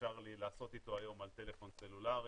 אפשר לעשות איתו היום על טלפון סלולרי,